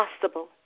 possible